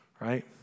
Right